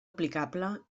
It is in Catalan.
aplicable